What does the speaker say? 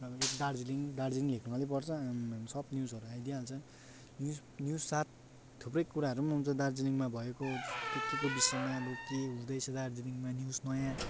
अब यो दार्जिलिङ दार्जिलिङ लेख्नु मात्रै पर्छ आम्मम सब न्युजहरू आइदिहाल्छ न्युज साथ थुप्रै कुराहरू पनि आउँछ दार्जिलिङमा भएको के केको विषयमा अब के हुँदैछ दार्जिलिङमा न्युज नयाँ